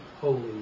holy